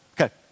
Okay